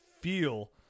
feel